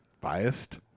biased